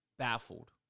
Baffled